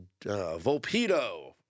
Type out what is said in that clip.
Volpedo